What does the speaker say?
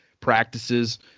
practices